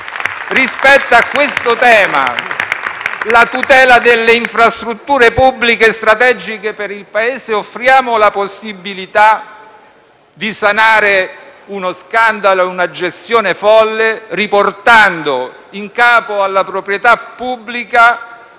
rispetto alla tutela delle infrastrutture pubbliche e strategiche per il Paese, offriamo la possibilità di sanare uno scandalo e una gestione folle, riportando in capo alla proprietà pubblica